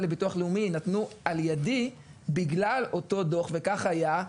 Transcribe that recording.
לביטוח לאומי יינתנו על ידי בגלל אותו דוח וכך היה,